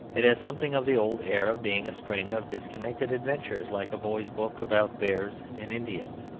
it has something of the old air of being a string of disconnected adventures, like a boy's book about bears and indians.